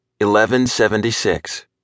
1176